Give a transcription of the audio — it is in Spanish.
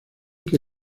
que